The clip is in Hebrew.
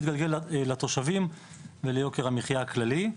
יתגלגל לתושבים וליוקר המחייה הכללי.